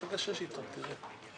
תגשש איתו, תראה.